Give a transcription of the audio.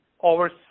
over